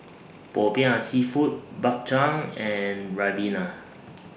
Popiah Seafood Bak Chang and Ribena